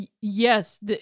yes